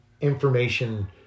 information